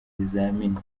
ibizamini